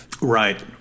Right